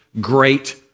Great